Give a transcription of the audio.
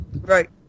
Right